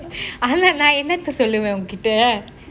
ஆனா நான் எண்ணாத சொல்வேன் உன்கிட்ட:aanaa naan ennathaa solvaen unkitta